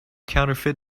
counterfeit